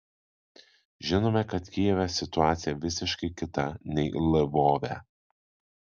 žinome kad kijeve situacija visiškai kita nei lvove